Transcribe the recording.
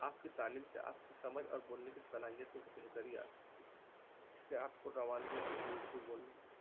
آپ کی تعلیم سے آپ کی سمجھ اور بولنے کی صلاحیت میں بہتری آ سکتی ہے اس سے آپ کو روانگی ملے گی اردو بولنے میں